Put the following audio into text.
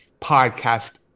podcast